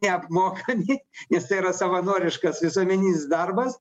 neapmokami nes tai yra savanoriškas visuomeninis darbas